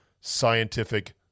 scientific